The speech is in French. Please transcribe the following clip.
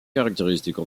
caractéristiques